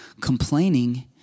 Complaining